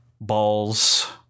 balls